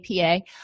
APA